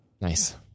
nice